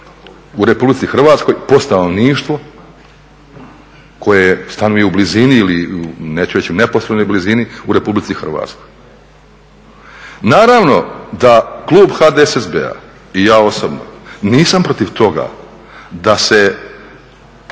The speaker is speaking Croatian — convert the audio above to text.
u RH po stanovništvo koje stanuje u blizini ili neću reći u neposrednoj blizini u RH? Naravno da klub HDSSB-a i ja osobno nisam protiv toga da se